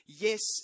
Yes